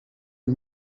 het